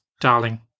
darling